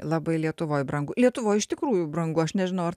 labai lietuvoj brangu lietuvoj iš tikrųjų brangu aš nežinau ar